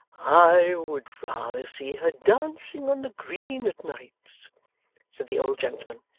i would rather see her dancing on the green at nights said the old gentleman,